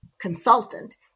consultant